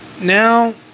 now